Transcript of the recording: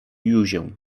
józię